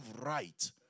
right